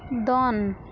ᱫᱚᱱ